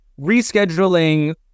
rescheduling